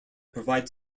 provides